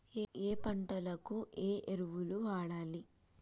ఏయే పంటకు ఏ ఎరువులు వాడాలి?